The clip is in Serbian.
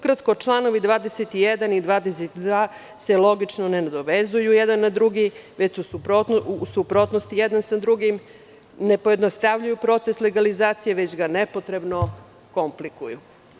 Ukratko, članovi 21. i 22. se logično ne nadovezuju jedan na drugi, već su u suprotnosti jedan sa drugim, ne pojednostavljuju proces legalizacije, već ga nepotrebno komplikuju.